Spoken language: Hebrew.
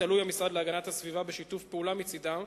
תלוי המשרד להגנת הסביבה בשיתוף פעולה מצדם,